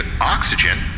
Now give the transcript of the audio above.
oxygen